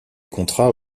contrats